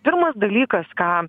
pirmas dalykas ką